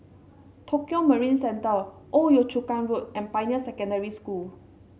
Tokio Marine Centre Old Yio Chu Kang Road and Pioneer Secondary School